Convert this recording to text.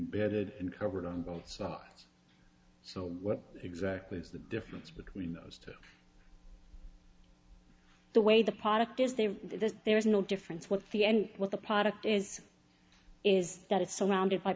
ded and covered on both sides so what exactly is the difference between those too the way the product is there there's no difference what the end what the product is is that it's surrounded by